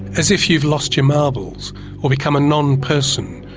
as if you've lost your marbles or become a non-person,